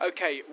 Okay